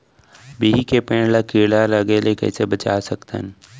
बिही के पेड़ ला कीड़ा लगे ले कइसे बचा सकथन?